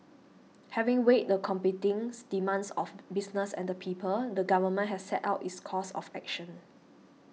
having weighed the competings demands of business and the people the government has set out its course of action